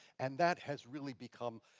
and that has really become,